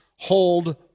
Hold